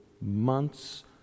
months